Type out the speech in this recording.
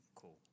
cool